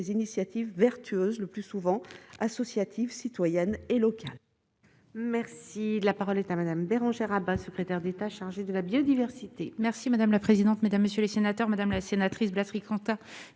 initiatives vertueuse, le plus souvent associatives, citoyennes et locales.